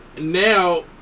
Now